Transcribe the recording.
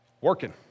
Working